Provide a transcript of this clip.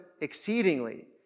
exceedingly